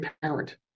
parent